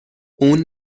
اون